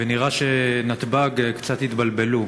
ונראה שנתב"ג קצת התבלבלו.